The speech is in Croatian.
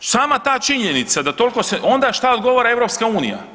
Sama ta činjenica da tolko se, onda šta odgovara EU?